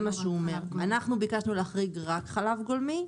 אנחנו ביקשנו להחריג רק חלב גולמי,